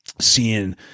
seeing